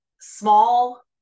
small